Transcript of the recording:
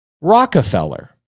Rockefeller